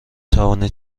توانی